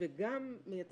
וגם את